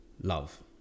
love